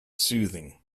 soothing